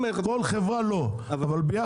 כל חברה לבד